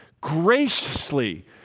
graciously